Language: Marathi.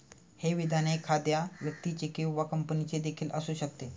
हे विधान एखाद्या व्यक्तीचे किंवा कंपनीचे देखील असू शकते